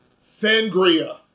Sangria